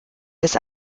des